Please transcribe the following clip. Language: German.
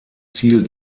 ziel